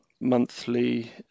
monthly